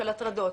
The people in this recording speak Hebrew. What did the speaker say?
של הטרדות,